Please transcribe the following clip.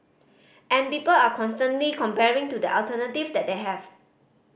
and people are constantly comparing to the alternative that they have